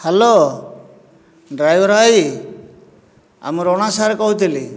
hello driver ଭାଇ ଆଉ ମୁଁ ରଣା ସାର୍ କହୁଥିଲି